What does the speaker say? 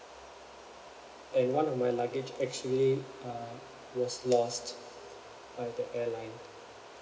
and one of my luggage actually uh was lost by the airline